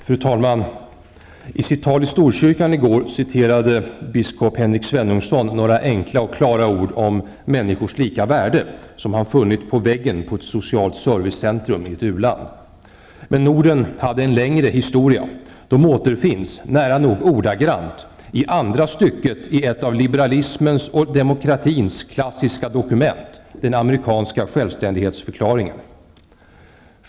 Fru talman! I sitt tal i Storkyrkan i går citerade biskop Henrik Svenungsson några enkla och klara ord om människors lika värde, som han funnit på väggen på ett socialt servicecentrum i ett u-land. Men orden hade en längre historia. De återfinns, nära nog ordagrant, i andra stycket i ett av liberalismens och demokratins klassiska dokument, den amerikanska självständighetsförklaringen.